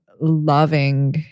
loving